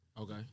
Okay